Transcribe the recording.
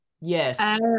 Yes